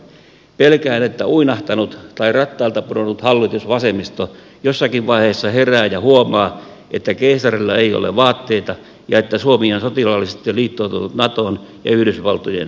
pelkään että uinahtanut tai rattailta pudonnut hallitusvasemmisto jossakin vaiheessa herää ja huomaa että keisarilla ei ole vaatteita ja että suomi on sotilaallisesti liittoutunut naton ja yhdysvaltojen kanssa